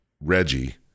Reggie